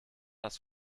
das